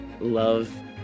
love